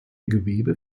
gewebe